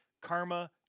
karma